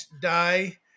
die